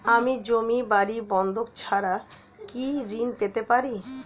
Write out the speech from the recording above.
আমি জমি বাড়ি বন্ধক ছাড়া কি ঋণ পেতে পারি?